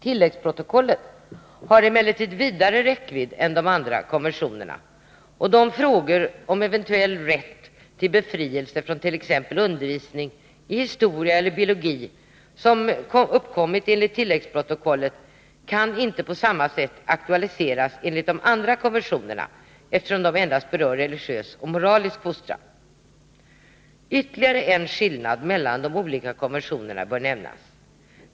Tilläggsprotokollet har emellertid en vidare räckvidd än de andra konventionerna, och de frågor om eventuell rätt till befrielse från t.ex. undervisning ii historia eller biologi som uppkommit enligt tilläggsprotokollet kan inte på samma sätt aktualiseras enligt de andra konventionerna, eftersom dessa endast berör religiös och moralisk fostran. Ytterligare en skillnad mellan de olika konventionerna bör nämnas.